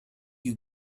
you